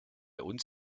uns